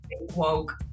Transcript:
Woke